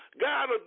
God